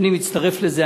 אני מצטרף לזה.